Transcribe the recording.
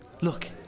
Look